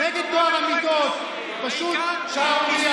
אתה לא רואה מתים, לא רואה